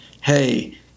hey